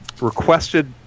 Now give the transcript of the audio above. requested